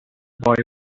boy